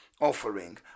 offering